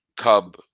Cub